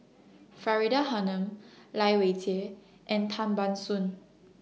Faridah Hanum Lai Weijie and Tan Ban Soon